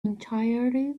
entirely